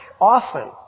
often